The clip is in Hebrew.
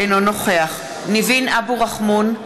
אינו נוכח ניבין אבו רחמון,